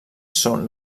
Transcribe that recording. són